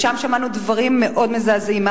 שם שמענו דברים מאוד מזעזעים.